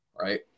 right